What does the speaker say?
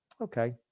Okay